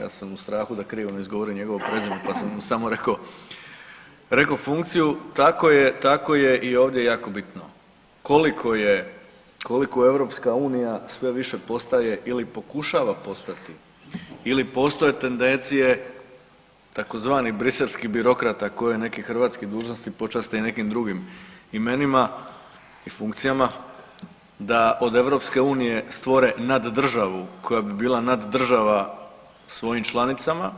Ja sam u strahu da ne izgovorim krivo njegovo prezime, pa sam samo rekao funkciju tako je i ovdje jako bitno koliko Europska unija sve više postaje ili pokušava postati ili postoje tendencije tzv. briselskih birokrata koje neke hrvatske dužnosti počaste i nekim drugim imenima i funkcijama da od EU stvore nad državu koja bi bila nad država svojim člancima,